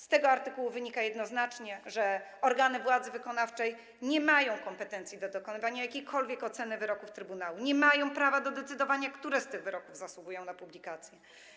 Z tego artykułu wynika jednoznacznie, że organy władzy wykonawczej nie mają kompetencji do dokonywania jakiejkolwiek oceny wyroków trybunału, nie mają prawa do decydowania, które z tych wyroków zasługują na publikację.